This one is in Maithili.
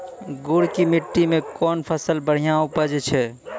गुड़ की मिट्टी मैं कौन फसल बढ़िया उपज छ?